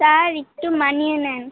সার একটু মানিয়ে নেন